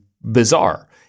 bizarre